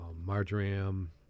marjoram